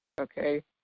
okay